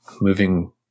Moving